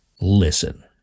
Listen